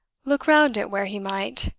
look round it where he might,